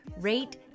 rate